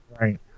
Right